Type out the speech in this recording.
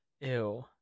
Ew